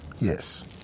Yes